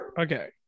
Okay